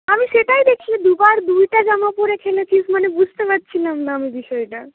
আমি সেটাই দেখছি দুবার দুইটা জামা পরে খেলেছিস মানে বুঝতে পারছিলাম না আমি বিষয়টা